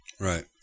Right